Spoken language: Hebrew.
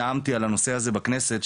שאני נאמתי על הנושא הזה בכנסת,